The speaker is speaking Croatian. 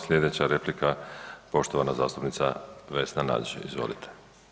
Slijedeća replika poštovana zastupnica Vesna Nađ, izvolite.